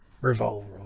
Revolver